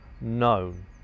known